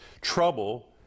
trouble